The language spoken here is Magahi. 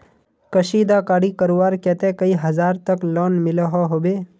कशीदाकारी करवार केते कई हजार तक लोन मिलोहो होबे?